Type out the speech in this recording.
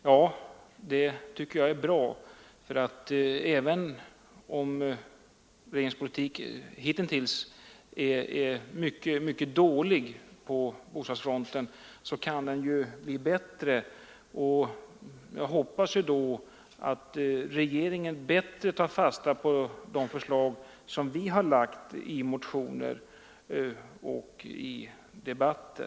Ja, det tycker jag är bra, för även om regeringens politik hitintills varit mycket dålig på bostadsfronten kan den ju bli bättre. Jag hoppas att regeringen tar fasta på de förslag som vi har redovisat i motioner och fört fram i debatter.